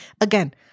again